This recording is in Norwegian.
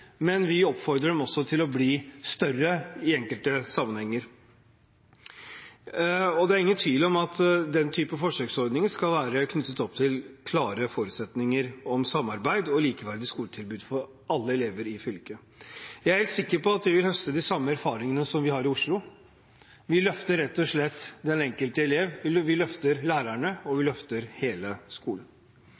men vi oppfordrer dem også til å bli større i enkelte sammenhenger. Det er ingen tvil om at den typen forsøksordninger skal være knyttet opp til klare forutsetninger om samarbeid og likeverdige skoletilbud for alle elever i fylket. Jeg er sikker på at de vil høste de samme erfaringene som vi har i Oslo. Vi løfter rett og slett den enkelte elev. Vi løfter lærerne, og vi løfter hele skolen.